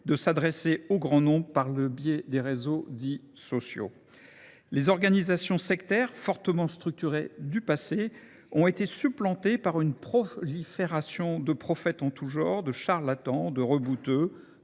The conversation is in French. de s’adresser au grand nombre par le biais des réseaux dits « sociaux ». Les organisations sectaires fortement structurées du passé ont été supplantées par une prolifération de prophètes en tous genres, de charlatans, de rebouteux,